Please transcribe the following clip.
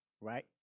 right